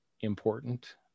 important